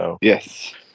Yes